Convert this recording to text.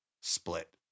split